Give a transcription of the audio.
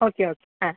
okay okay ah